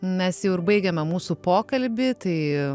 mes jau ir baigiame mūsų pokalbį tai